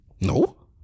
No